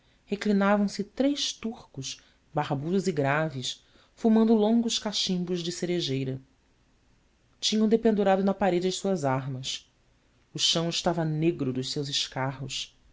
seda reclinavam se três turcos barbudos e graves fumando longos cachimbos de cerejeira tinham dependurado na parede as suas armas o chão estava negro dos seus escarros